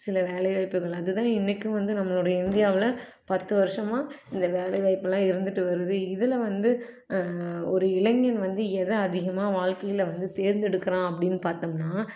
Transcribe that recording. சில வேலை வாய்ப்புகள் அது தான் இன்னைக்கும் வந்து நம்மளுடைய இந்தியாவில் பத்து வருஷமா இந்த வேலை வாய்ப்பு எல்லாம் இருந்துட்டு வருது இதில் வந்து ஒரு இளைஞன் வந்து எத அதிகமாக வாழ்க்கையில வந்து தேர்ந்தெடுக்கிறான் அப்படின்னு பார்த்தோம்னா